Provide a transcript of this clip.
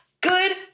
good